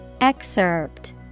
Excerpt